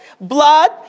blood